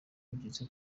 ugeze